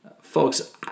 Folks